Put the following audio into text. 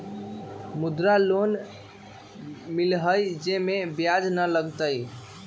मुद्रा लोन मिलहई जे में ब्याज न लगहई?